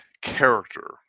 character